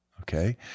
Okay